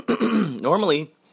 Normally